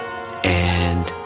and